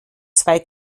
zwei